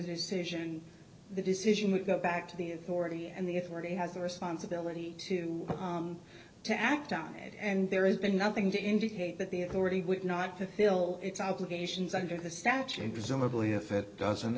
decision the decision will go back to the authority and the authority has a responsibility to to act on it and there is nothing to indicate that the authority would not fill its obligations under the statute and presumably if it doesn't